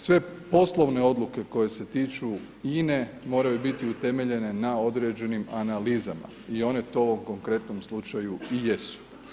Sve poslovne odluke koje se tiču INA-e moraju biti utemeljene na određenim analizama i one to u ovom konkretnom slučaju i jesu.